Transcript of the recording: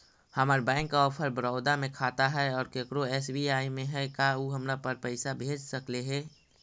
हमर bank of Baroda में खाता है और केकरो एस.बी.आई में है का उ हमरा पर पैसा भेज सकले हे?